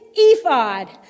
ephod